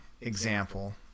example